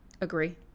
Agree